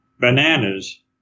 bananas